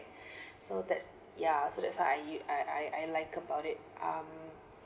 so that ya so that's why I I I like about it um